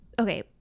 Okay